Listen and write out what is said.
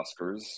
Oscars